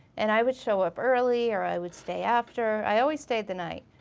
and i would show up early or i would stay after, i always stayed the night,